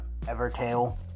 Evertail